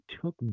took